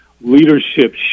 leadership